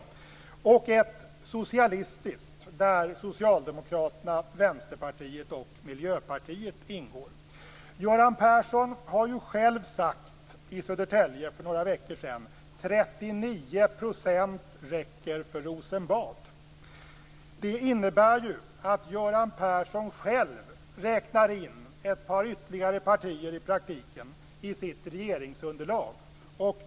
Det finns också ett socialistiskt där Socialdemokraterna, Vänsterpartiet och Miljöpartiet ingår. Göran Persson har ju själv sagt i Södertälje för några veckor sedan att 39 % räcker för Rosenbad. Det innebär att Göran Persson i praktiken räknar in ytterligare ett par partier i sitt regeringsunderlag.